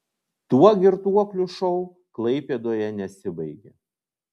tuo girtuoklių šou klaipėdoje nesibaigė